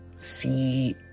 See